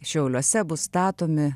šiauliuose bus statomi